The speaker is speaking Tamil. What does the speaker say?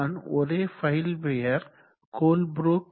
நான் ஒரே ஃபைல் பெயர் கோல்ப்ரூக்